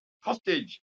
hostage